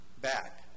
back